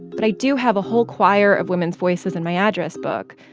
but i do have a whole choir of women's voices in my address book.